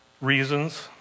reasons